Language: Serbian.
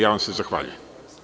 Ja vam se zahvaljujem.